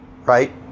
right